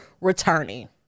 returning